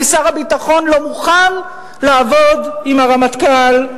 כי שר הביטחון לא מוכן לעבוד עם הרמטכ"ל,